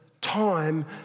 time